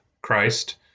Christ